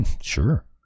sure